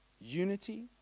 Unity